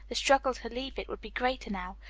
the struggle to leave it would be greater now.